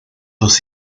dos